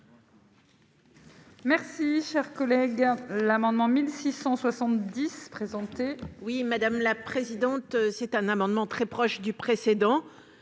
Merci, cher collègue, l'amendement 1670 présenté. Oui, madame la présidente, c'est un amendement très proche du précédent,